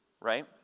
right